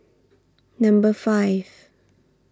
Number five